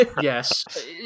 Yes